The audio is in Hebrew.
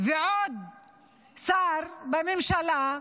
ועוד שר בממשלה,